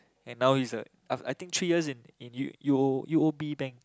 and now he's a I think three years in U_O_B bank